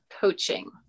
coaching